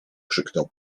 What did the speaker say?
krzyknął